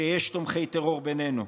שיש תומכי טרור בינינו.